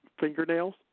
fingernails